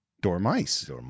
Dormice